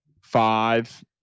five